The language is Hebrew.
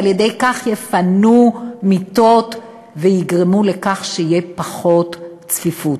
ועל-ידי כך יפונו מיטות ותהיה פחות צפיפות.